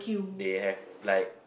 they have like